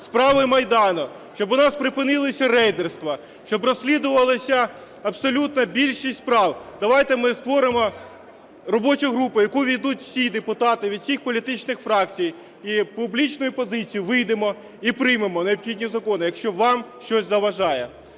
справи Майдану, щоб у нас припинилися рейдерства, щоб розслідувалася абсолютна більшість справ, давайте ми створимо робочу групу, в яку ввійдуть всі депутати від всіх політичних фракцій і з публічною позицією вийдемо і приймемо необхідні закони, якщо вам щось заважає.